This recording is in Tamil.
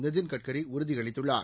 நிதின் கட்கரி உறுதி அளித்துள்ளார்